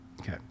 Okay